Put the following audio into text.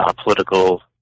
political